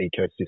ecosystem